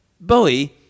Bowie